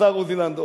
השר עוזי לנדאו.